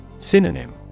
Synonym